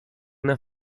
una